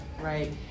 right